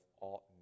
ought